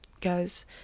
guys